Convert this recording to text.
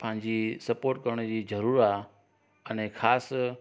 पंहिंजी सपोट करण जी जरूरत आहे अने ख़ासि